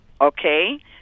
Okay